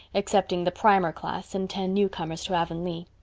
excepting the primer class and ten newcomers to avonlea.